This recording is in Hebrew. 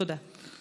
תודה.